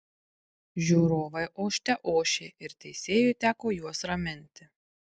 žiūrovai ošte ošė ir teisėjui teko juos raminti